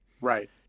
Right